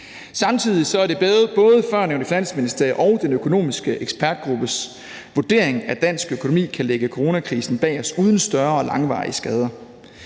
Samtidig er det både Finansministeriets og den økonomiske ekspertgruppes vurdering, at dansk økonomi kan lægge coronakrisen bag sig uden større og langvarige skader.